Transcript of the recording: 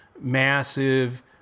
massive